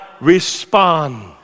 respond